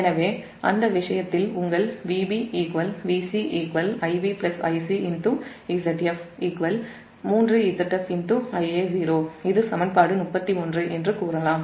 எனவே Vb Vc Ib Ic Zf 3Zf Ia0இது சமன்பாடு 31 என்று நாம் கூறலாம்